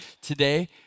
today